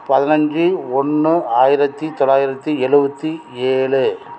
பதினைஞ்சி ஒன்று ஆயிரத்தி தொள்ளாயிரத்தி எழுபத்தி ஏழு